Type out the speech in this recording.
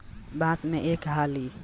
बांस में एक हाली फूल आ जाओ तब इ खतम बा